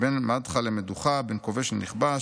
מדכא למדוכא, בין כובש לנכבש,